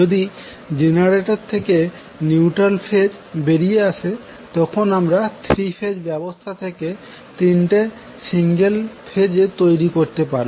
যদি জেনারেটর থেকে neutral phase বেরিয়ে আসে তখন আমরা 3 ফেজ ব্যবস্থা থেকে তিনটি সিঙ্গেল ফেজ এ তৈরি করতে পারবো